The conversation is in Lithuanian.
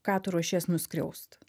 ką tu ruošies nuskriaust